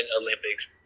Olympics